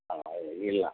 ಆಗಿಲ್ಲ